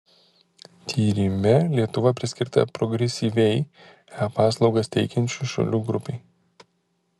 tyrime lietuva priskirta progresyviai e paslaugas teikiančių šalių grupei